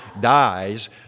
dies